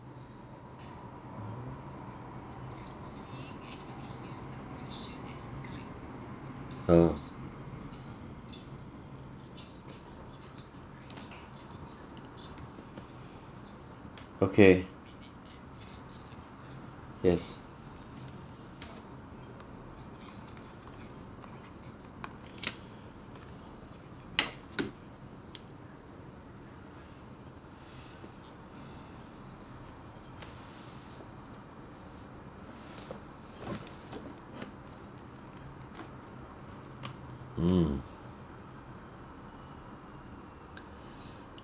oh okay yes mm